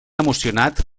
emocionat